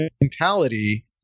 mentality